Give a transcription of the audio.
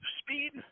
speed